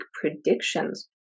predictions